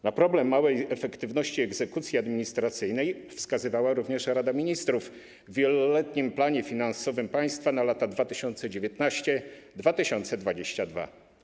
Na problem małej efektywności egzekucji administracyjnej wskazywała również Rada Ministrów w Wieloletnim Planie Finansowym Państwa na lata 2019-2022.